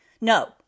No